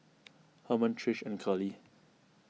Hermann Trish and Curley